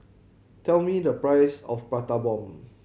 tell me the price of Prata Bomb